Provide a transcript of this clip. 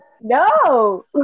No